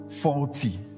faulty